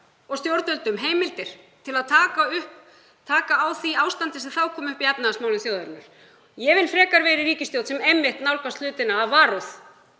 og stjórnvöldum heimildir til að taka á því ástandi sem þá kom upp í efnahagsmálum þjóðarinnar. Ég vil frekar vera í ríkisstjórn sem nálgast hlutina af varúð